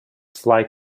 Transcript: fly